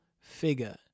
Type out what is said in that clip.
figure